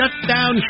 Shutdown